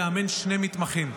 לאמן שני מתמחים.